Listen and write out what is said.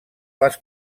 les